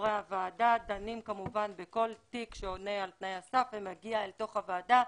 חברי הוועדה דנים כמובן בכל תיק שעונה על תנאי הסף ומגיע אל תוך הוועדה.